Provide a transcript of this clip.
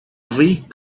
weak